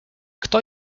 kto